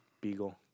Beagle